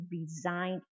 resigned